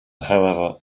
however